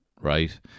Right